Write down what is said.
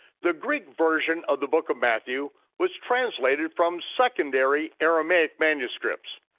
the greek version of the book of matthew was translated from secondary aramaic manuscripts.